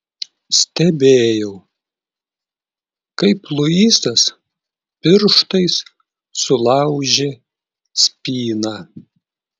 stebėjau kaip luisas pirštais sulaužė spyną